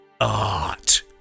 art